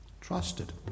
trusted